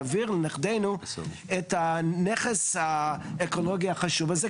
להעביר לנכדנו את הנכס האקולוגי החשוב על זה,